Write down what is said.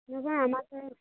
এবার আমারটাও